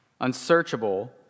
unsearchable